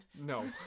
No